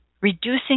Reducing